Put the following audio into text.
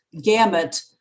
gamut